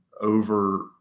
over